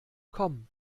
komm